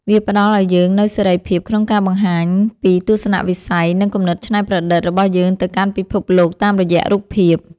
វាផ្ដល់ឱ្យយើងនូវសេរីភាពក្នុងការបង្ហាញពីទស្សនវិស័យ និងគំនិតច្នៃប្រឌិតរបស់យើងទៅកាន់ពិភពលោកតាមរយៈរូបភាព។